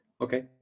Okay